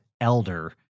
elder